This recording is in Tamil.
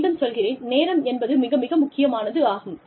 மீண்டும் சொல்கிறேன் நேரம் என்பது மிக மிக முக்கியமானதாகும்